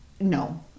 No